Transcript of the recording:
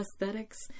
aesthetics